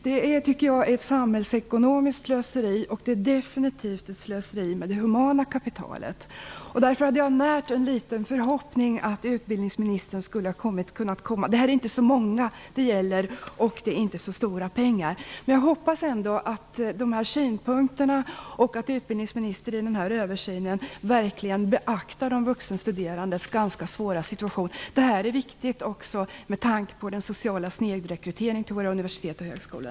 Det är ett samhällsekonomiskt slöseri och definitivt ett slöseri med det humana kapitalet. Jag har närt en liten förhoppning att utbildningsministern skulle kunna göra något i detta sammanhang. Det gäller inte så många och det är inte fråga om så stora pengar. Jag hoppas ändå med dessa synpunkter att utbildningsministern i översynen verkligen beaktar de vuxenstuderandes ganska svåra situation. Detta är viktigt också med tanke på den sociala snedrekryteringen till våra universitet och högskolor.